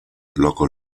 loco